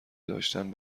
داشتن